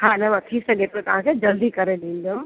हा न थी सघे थो तव्हांखे जल्दी करे ॾींदमि